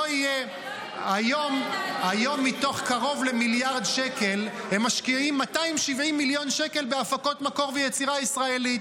אני יכול להסכים לגבי הפקות מקור ויצירה ישראלית